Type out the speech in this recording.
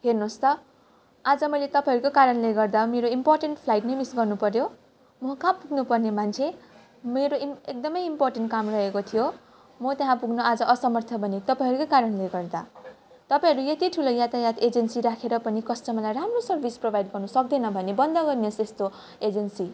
हेर्नुहोस् त आज मैले तपाईँहरूकै कारणले गर्दा मेरो इम्पोर्टेन्ट फ्लाइट नै मिस गर्नु पर्यो म का पुग्नु पर्ने मान्छे मेरो इन एकदमै इम्पोर्टेन्ट काम रहेको थियो म त्यहाँ पुग्न आज असमर्थ बनेँ तपाईँहरूकै कारणले गर्दा तपाईँहरू यति ठुलो यातायात एजेन्सी राखेर पनि कस्टमरलाई राम्रो सर्भिस प्रभाइड गर्न सक्दैन भने बन्द गर्नुहोस् यस्तो एजेन्सी